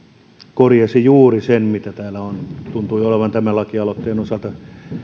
korjasi juuri sen mistä täällä tuntui olevan tämän lakialoitteen osalta